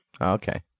Okay